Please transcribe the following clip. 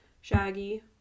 Shaggy